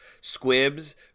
squibs